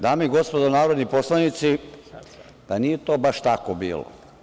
Dame i gospodo narodni poslanici, pa nije to baš tako bilo.